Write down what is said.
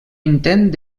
intent